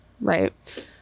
Right